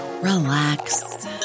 relax